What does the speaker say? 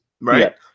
right